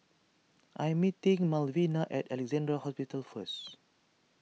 I am meeting Malvina at Alexandra Hospital first